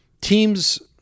teams –